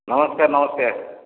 ନମସ୍କାର ନମସ୍କାର